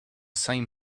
same